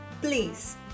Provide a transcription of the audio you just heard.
Please